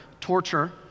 torture